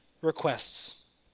requests